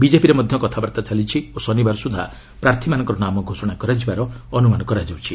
ବିଜେପିରେ ମଧ୍ୟ କଥାବାର୍ତ୍ତା ଚାଲିଛି ଓ ଶନିବାର ସୁଦ୍ଧା ପ୍ରାର୍ଥୀମାନଙ୍କର ନାମ ଘୋଷଣା କରାଯିବାର ଅନୁମାନ କରାଯାଉଛି